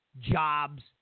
jobs